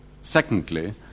Secondly